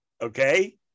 okay